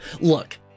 Look